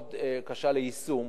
מאוד קשה ליישום,